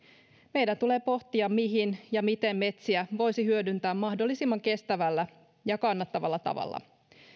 meidän tulee pohtia mihin ja miten metsiä voisi hyödyntää mahdollisimman kestävällä ja kannattavalla tavalla